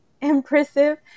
impressive